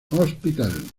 hospital